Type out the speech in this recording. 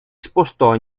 spostò